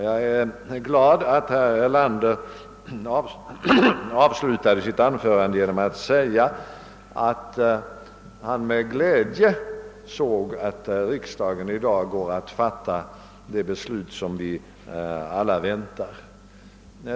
Jag är glad att herr Erlander avslutade sitt anförande med att säga att han med glädje såg att riksdagen i dag går att fatta det beslut som vi alla väntar på.